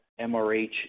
MRH